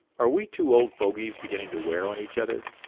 are we two old fogies beginning to wear on each other?